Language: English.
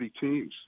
teams